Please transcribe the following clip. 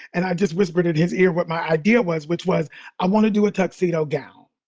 and i just whispered in his ear what my idea was, which was i want to do a tuxedo gown.